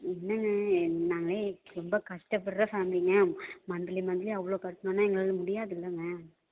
என்னெங்க என் நாங்களே ரொம்ப கஷ்டப்படுற ஃபேம்லிங்க மந்த்லி மந்த்லி அவ்வளோ கட்ணுன்னா எங்களால் முடியாது இல்லைங்க